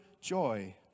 joy